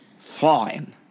fine